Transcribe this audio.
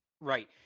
Right